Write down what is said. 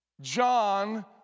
John